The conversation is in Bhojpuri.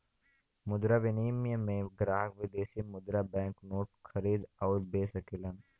मुद्रा विनिमय में ग्राहक विदेशी मुद्रा बैंक नोट खरीद आउर बे सकलन